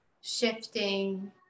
shifting